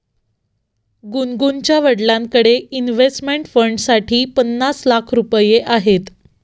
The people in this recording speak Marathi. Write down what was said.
गुनगुनच्या वडिलांकडे इन्व्हेस्टमेंट फंडसाठी पन्नास लाख रुपये आहेत